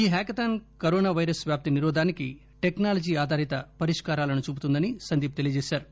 ఈ hackathon corona virus వ్యాప్తి నిరోధానికి టెక్నాలజీ ఆధారిత పరిష్కారాలను చూపుతుందని సందీప్ తెలియజేశారు